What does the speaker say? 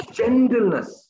gentleness